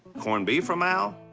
corned beef from al.